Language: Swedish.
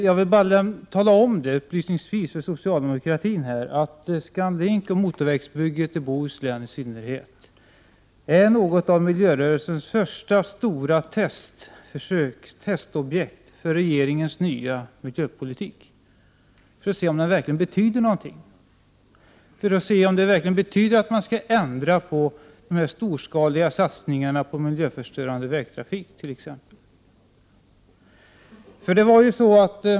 Jag vill bara upplysningsvis tala om för socialdemokraterna att ScanLink och motorvägsbygget i Bohuslän i synnerhet, är något av miljörörelsens första stora testobjekt för regeringens nya miljöpolitik, för att se om den verkligen betyder någonting, för att se om den verkligen betyder att man skall ändra på de storskaliga satsningarna på miljöförstörande vägtrafik, t.ex.